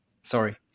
Sorry